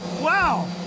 wow